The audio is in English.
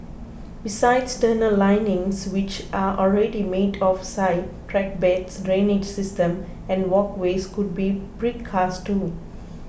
besides tunnel linings which are already made off site track beds drainage system and walkways could be precast too